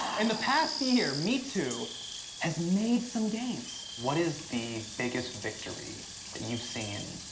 in the past year, metoo has made some gains. what is the biggest victory that you've seen,